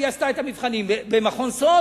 מה למדו במתמטיקה,